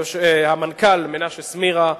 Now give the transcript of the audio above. המנכ"ל מנשה סמירה,